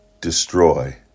destroy